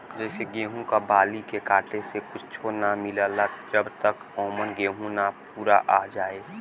जइसे गेहूं क बाली के काटे से कुच्च्छो ना मिलला जब तक औमन गेंहू ना पूरा आ जाए